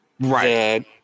right